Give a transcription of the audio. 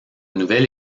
nouvel